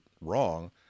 wrong